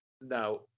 Now